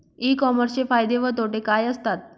E कॉमर्सचे फायदे व तोटे काय असतात?